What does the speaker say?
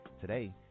Today